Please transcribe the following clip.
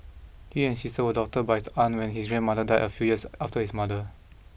he and his sister were adopted by his aunt when his grandmother died a few years after his mother